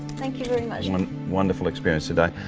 thank you very much. um and wonderful experience today.